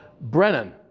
Brennan